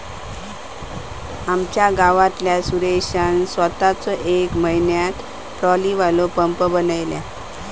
आमच्या गावातल्या सुरेशान सोताच येका म्हयन्यात ट्रॉलीवालो पंप बनयल्यान